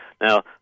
Now